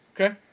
Okay